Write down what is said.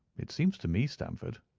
it seems to me, stamford,